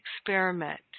experiment